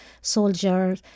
soldier